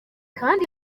kandi